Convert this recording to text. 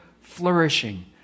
flourishing